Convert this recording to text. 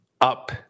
up